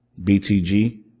BTG